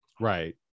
Right